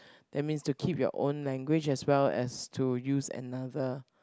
that means to keep your own language as well as to use another